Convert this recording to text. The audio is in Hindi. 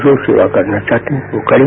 जो सेवा करना चाहते हैं वो करें